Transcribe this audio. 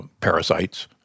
parasites